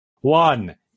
One